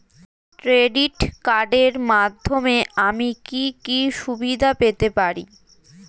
Credit কার্ডের মাধ্যমে আমি কি কি সুবিধা পেতে পারি?